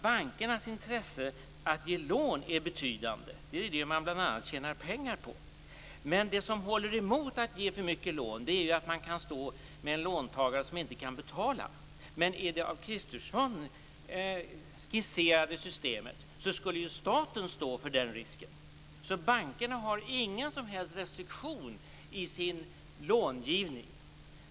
Bankernas intresse att ge lån är betydande. Det är ju det man bl.a. tjänar pengar på. Men det som håller emot att ge för stora lån är ju att man kan stå med en låntagare som inte kan betala. I det av Kristersson skisserade systemet skulle staten stå för den risken. Bankerna skulle inte ha någon som helst restriktion i sin långivning.